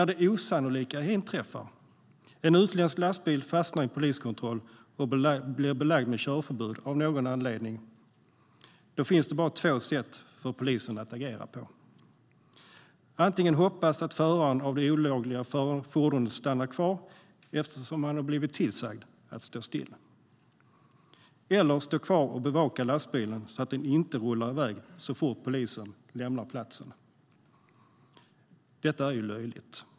När det osannolika ändå inträffar och en utländsk lastbil fastnar i en poliskontroll och blir belagd med körförbud av någon anledning finns det bara två sätt för polisen att agera. Antingen hoppas polisen att föraren av det olagliga fordonet stannar kvar eftersom han blivit tillsagd att stå still, eller står polisen kvar och bevakar lastbilen så att den inte rullar iväg så fort de lämnar platsen. Det är ju löjligt!